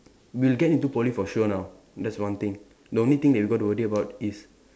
we'll get into Poly for sure now that's one thing the only thing that we got to worry about is